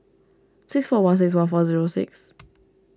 six four one six one four zero six